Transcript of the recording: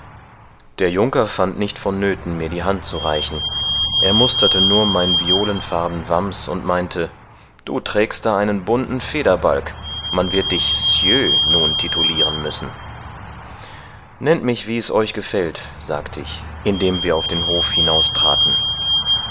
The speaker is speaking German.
der junker fand nicht vonnöthen mir die hand zu reichen er musterte nur mein violenfarben wams und meinte du trägst da einen bunten federbalg man wird dich sieur nun tituliren müssen nennt mich wie's euch gefällt sagte ich indem wir auf den hof